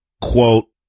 Quote